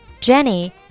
Jenny